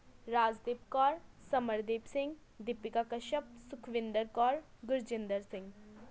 Rajdeep Kaur Samardeep Singh Deepika Kashyap Sukhwinder Kaur Gurjinder Singh